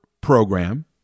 program